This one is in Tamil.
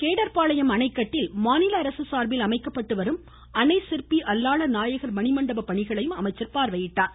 கேடர்பாளையம் அணைக்கட்டில் பின்னா் சார்பில் அமைக்கப்பட்டுவரும் அணை சிற்பி அல்லாள நாயகர் மணிமண்டப பணிகளையும் அவர் பார்வையிட்டார்